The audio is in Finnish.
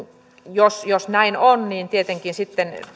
jos jos näin on niin